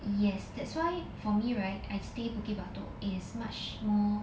yes that's why for me right I stay bukit batok it is much more